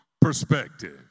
perspective